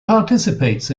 participates